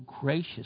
gracious